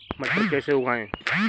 मटर कैसे उगाएं?